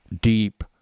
deep